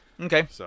Okay